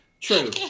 true